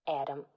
Adam